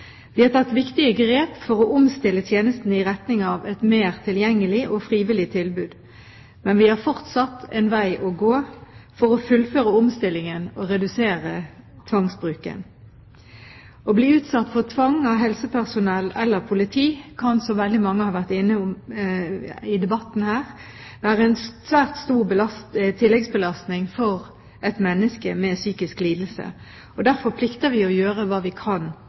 Vi har tatt viktige grep for å omstille tjenesten i retning av et mer tilgjengelig og frivillig tilbud, men vi har fortsatt en vei å gå for å fullføre omstillingen og redusere tvangsbruken. Å bli utsatt for tvang av helsepersonell eller politi kan, som veldig mange har vært innom i debatten her, være en svært stor tilleggsbelastning for et menneske med psykisk lidelse. Derfor plikter vi å gjøre hva vi kan